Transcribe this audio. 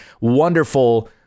wonderful